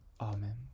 Amen